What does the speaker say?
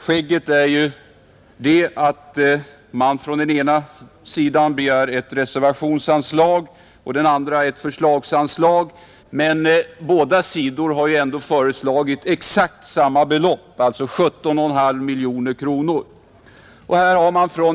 Skägget är att man från den ena sidan begär ett reservationsanslag och från den andra ett förslagsanslag, men båda sidor har föreslagit exakt samma belopp, 17,5 miljoner kronor.